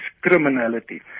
criminality